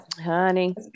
Honey